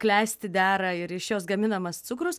klesti dera ir iš jos gaminamas cukrus